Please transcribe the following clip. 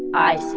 i see.